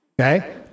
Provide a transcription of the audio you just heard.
Okay